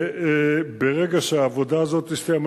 וברגע שהעבודה הזו תסתיים,